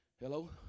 Hello